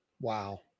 Wow